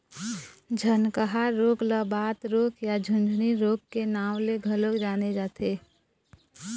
झनकहा रोग ल बात रोग या झुनझनी रोग के नांव ले घलोक जाने जाथे